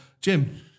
Jim